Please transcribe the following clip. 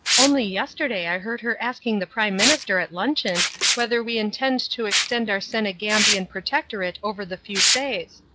only yesterday i heard her asking the prime minister at luncheon whether we intend to to extend our senegambian protectorate over the fusees.